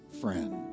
friend